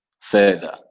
further